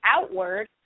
outward